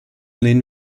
lehnen